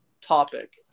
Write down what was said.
topic